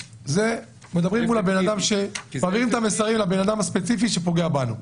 להעביר את המסרים לאדם הספציפי שפוגע בנו.